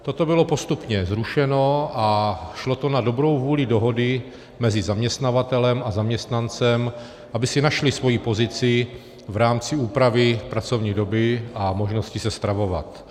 Toto bylo postupně zrušeno a šlo to na dobrou vůli dohody mezi zaměstnavatelem a zaměstnancem, aby si našli svoji pozici v rámci úpravy pracovní doby a možnosti se stravovat.